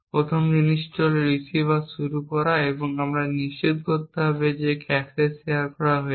প্রথম জিনিসটি হল রিসিভার শুরু করা এবং আমাদের নিশ্চিত করতে হবে যে ক্যাশে শেয়ার করা হয়েছে